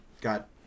got